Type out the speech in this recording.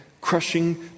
crushing